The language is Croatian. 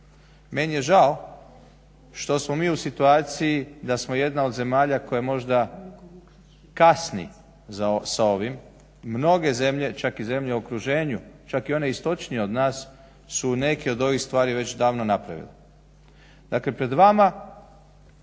Meni je žao što smo mi u situaciji da smo jedna od zemalja koja možda kasni sa ovim. Mnoge zemlje, čak i zemlje u okruženju, čak i one istočnije od nas su neke od ovih stvari već davno napravile. Dakle, pred vama